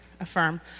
Affirm